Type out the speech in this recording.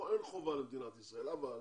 פה אין חובה על מדינת ישראל, אבל